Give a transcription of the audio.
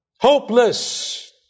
hopeless